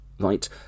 right